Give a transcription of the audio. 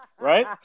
right